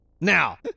now